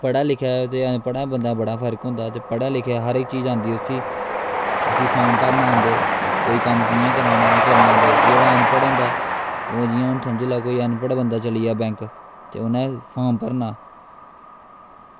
पढ़े लिखे दा ते अनपढ़ बंदे दा बड़ा फर्क होंदा पढ़े लिखे दा हर इक्क चीज आंदी उस्सी उस्सी फार्म भरना आंदे कोई कम्म कि'यां कराना ओह् करना आंदे ते जेह्ड़ा अनपढ़ होंदा ओह् जि'यां हून समझी लैओ कि जि'यां अनपढ़ बंदा चली जा बैंक ते उ'नें फार्म भरना